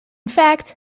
fact